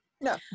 No